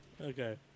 Okay